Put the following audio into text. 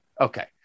Okay